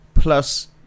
Plus